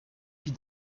vit